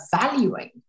valuing